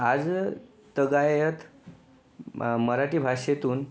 आजतागायत मराठी भाषेतून